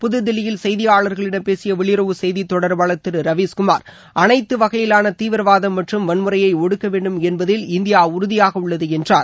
புதுதில்லியில் செய்தியாளர்களிடம் பேசிய பெளியுறவு செய்தி தொடர்பாளர் திரு ரவீஸ்குமார் அனைத்து வகையிலான தீவிரவாதம் மற்றும் வன்முறையை ஒடுக்க வேண்டும் என்பதில் இந்தியா உறுதியாக உள்ளது என்றார்